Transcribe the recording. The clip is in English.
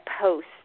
post